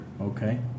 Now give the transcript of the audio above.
Okay